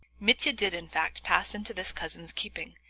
mitya did, in fact, pass into this cousin's keeping,